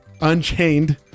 Unchained